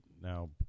now